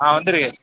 ஆ வந்திருக்கு